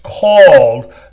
called